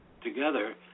Together